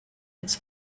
its